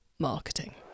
Marketing